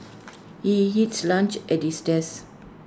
he eats lunch at his desk